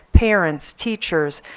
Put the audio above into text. parents, teachers,